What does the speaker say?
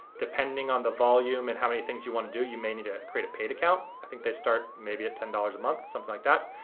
depending on the volume and how many things you want to do you may need to create a paid account. i think they start maybe at ten dollars a month, something like that.